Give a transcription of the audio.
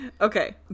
okay